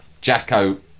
Jacko